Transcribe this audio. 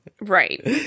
Right